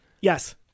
Yes